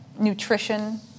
nutrition